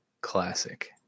classic